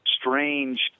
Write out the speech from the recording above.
strange